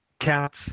Cats